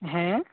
ᱦᱮᱸ